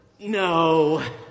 no